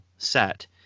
set